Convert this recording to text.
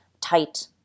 tight